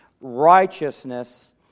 righteousness